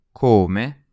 come